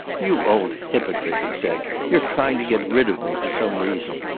you old hypocrite! he said. you're trying to get rid of me, for some reason.